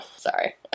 sorry